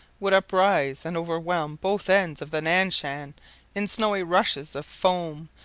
would uprise and overwhelm both ends of the nan-shan in snowy rushes of foam,